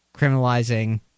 criminalizing